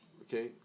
Okay